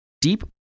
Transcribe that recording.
Deep